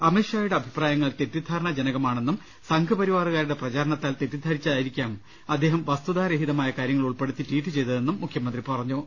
അമിത് ഷായുടെ അഭിപ്രായങ്ങൾ തെറ്റിദ്ധാരണാജനകമാണെന്നും സംഘപരിവാ റുകാരുടെ പ്രചരണത്താൽ തെറ്റിദ്ധരിച്ചായിരിക്കാം അദ്ദേഹം വസ്തുതാരഹിതമായ കാര്യങ്ങൾ ഉൾപ്പെടുത്തി ട്വീറ്റ് ചെയ്തതെന്നും മുഖ്യമന്ത്രി പറഞ്ഞു